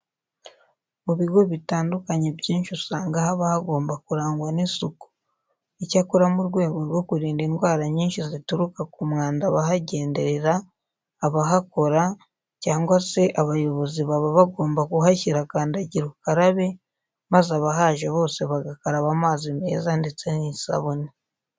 Mu bigo bitandukanye byinshi usanga haba hagomba kurangwa n'isuku. Icyakora mu rwego rwo kurinda indwara nyinshi zituruka k'umwanda abahagenderera, abahakora cyangwa se abayobozi baba bagomba kuhashyira kandagira ukarabe maze abahaje bose bagakaraba amazi meza ndetse n'isabune.